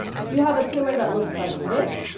if you have a tumor that looks like this,